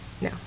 No